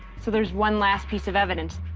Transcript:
so there's one last piece of evidence,